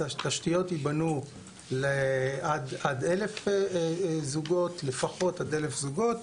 התשתיות יבנו לעד 1,000 זוגות לפחות עד 1000 זוגות,